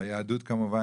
ביהדות כמובן,